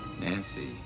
Nancy